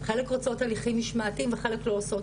חלק רוצות הליכים משמעותיים וחלק לא עושות,